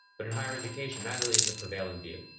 but in higher education, that really is the prevailing view,